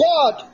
God